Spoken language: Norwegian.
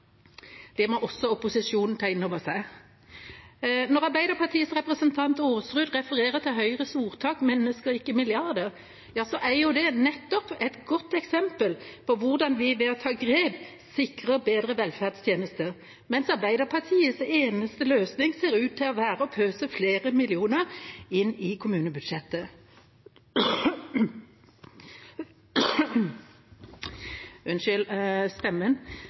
Det må også opposisjonen ta inn over seg. Når Arbeiderpartiets representant Aasrud refererer til Høyres ordtak «Mennesker, ikke milliarder», er det nettopp et godt eksempel på hvordan vi ved å ta grep sikrer bedre velferdstjenester, mens Arbeiderpartiets eneste løsning ser ut til å være å pøse flere millioner inn i kommunebudsjettet.